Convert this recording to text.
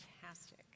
fantastic